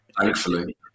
Thankfully